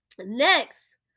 next